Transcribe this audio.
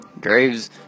Graves